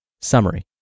Summary